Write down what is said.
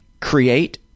create